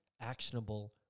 actionable